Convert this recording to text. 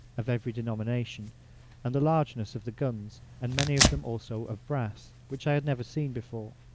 of every denomination and the largeness of the guns, and many of them also of brass, which i had never seen before.